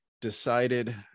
decided